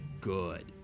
good